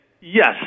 yes